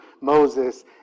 Moses